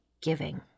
giving